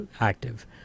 active